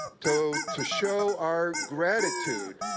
to to show our gratitude,